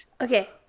Okay